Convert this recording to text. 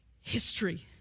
history